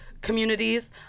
communities